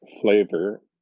flavor